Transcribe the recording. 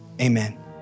amen